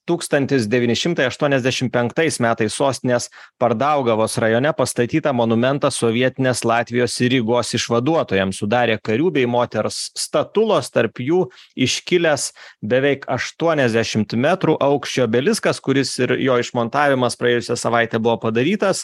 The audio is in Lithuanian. tūkstantis devyni šimtai aštuoniasdešim penktais metais sostinės pardaugavos rajone pastatytą monumentą sovietinės latvijos ir rygos išvaduotojam sudarė karių bei moters statulos tarp jų iškilęs beveik aštuoniasdešimt metrų aukščio obeliskas kuris ir jo išmontavimas praėjusią savaitę buvo padarytas